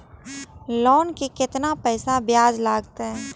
Loan के केतना पैसा ब्याज लागते?